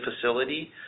facility